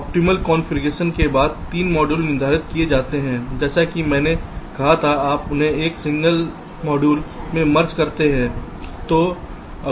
optimal configuration के बाद 3 module निर्धारित किए जाते हैं जैसा कि मैंने कहा था आप उन्हें एक एकल मॉड्यूल में मर्ज करते हैं